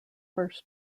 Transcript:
first